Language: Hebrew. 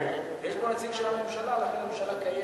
יש פה נציג של הממשלה ולכן הממשלה קיימת,